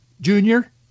Junior